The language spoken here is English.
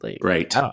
Right